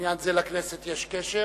ובעניין זה לכנסת יש קשר,